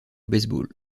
baseball